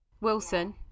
Wilson